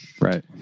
Right